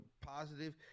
positive